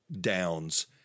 Downs